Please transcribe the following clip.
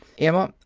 emma,